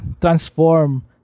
transform